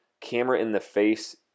camera-in-the-face